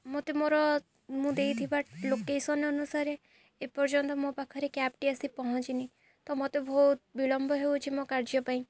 ମୋତେ ମୋର ମୁଁ ଦେଇଥିବା ଲୋକେସନ୍ ଅନୁସାରେ ଏପର୍ଯ୍ୟନ୍ତ ମୋ ପାଖରେ କ୍ୟାବ୍ଟି ଆସି ପହଞ୍ଚିନି ତ ମତେ ବହୁତ ବିଳମ୍ବ ହେଉଛି ମୋ କାର୍ଯ୍ୟ ପାଇଁ